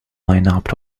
lineup